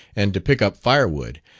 and to pick up firewood,